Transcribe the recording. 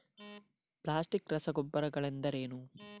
Plastic ರಸಗೊಬ್ಬರಗಳೆಂದರೇನು?